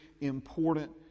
important